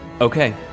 Okay